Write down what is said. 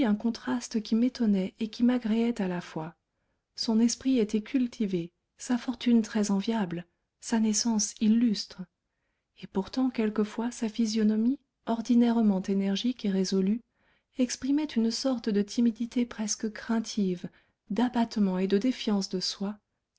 contraste qui m'étonnait et qui m'agréait à la fois son esprit était cultivé sa fortune très enviable sa naissance illustre et pourtant quelquefois sa physionomie ordinairement énergique et résolue exprimait une sorte de timidité presque craintive d'abattement et de défiance de soi